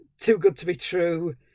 too-good-to-be-true